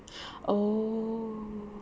oh